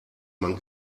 man